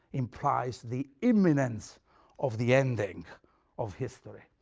implies the imminence of the ending of history.